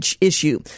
issue